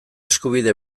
eskubide